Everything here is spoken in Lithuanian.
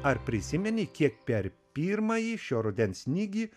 ar prisimeni kiek per pirmąjį šio rudens snygį